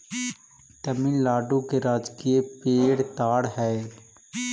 तमिलनाडु के राजकीय पेड़ ताड़ हई